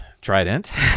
trident